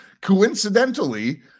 coincidentally